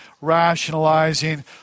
rationalizing